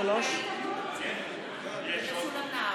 משולם נהרי.